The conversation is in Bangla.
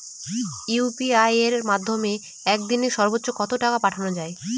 ইউ.পি.আই এর মাধ্যমে এক দিনে সর্বচ্চ কত টাকা পাঠানো যায়?